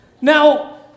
now